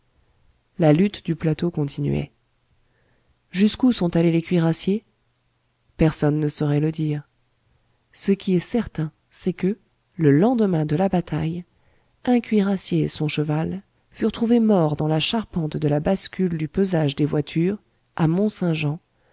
la lutte du plateau continuait jusqu'où sont allés les cuirassiers personne ne saurait le dire ce qui est certain c'est que le lendemain de la bataille un cuirassier et son cheval furent trouvés morts dans la charpente de la bascule du pesage des voitures à